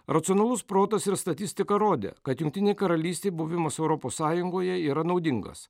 racionalus protas ir statistika rodė kad jungtinei karalystei buvimas europos sąjungoje yra naudingas